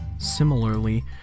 similarly